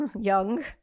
young